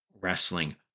wrestling